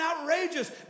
outrageous